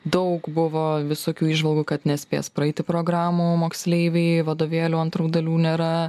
daug buvo visokių įžvalgų kad nespės praeiti programų moksleiviai vadovėlių antrų dalių nėra